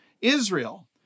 Israel